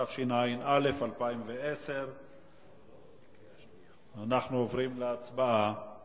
התשע"א 2010. אנחנו עוברים להצבעה